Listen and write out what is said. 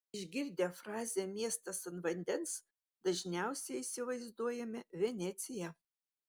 išgirdę frazę miestas ant vandens dažniausiai įsivaizduojame veneciją